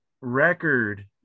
record